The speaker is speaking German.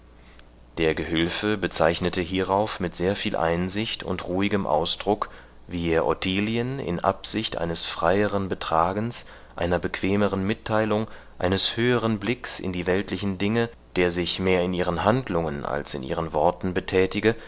der gehülfe bezeichnete hierauf mit sehr viel einsicht und ruhigem ausdruck wie er ottilien in absicht eines freieren betragens einer bequemeren mitteilung eines höheren blicks in die weltlichen dinge der sich mehr in ihren handlungen als in ihren worten betätige